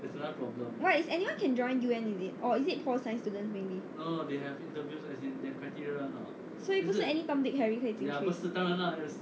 what is anyone can join U_N is it or is it core science students mainly 所以不是 any tom dick harry 可以进去